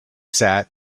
sat